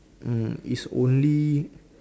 mm is only